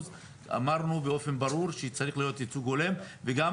אמרנו באופן ברור שצריך להיות ייצוג הולם וגם